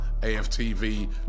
AFTV